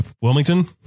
Wilmington